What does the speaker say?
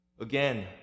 Again